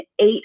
eight